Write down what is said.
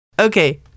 okay